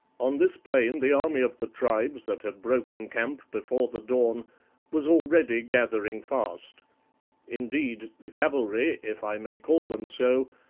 on this plain the army of the tribes that had broken camp before the dawn was already gathering fast indeed, the cavalry, if i may call them so,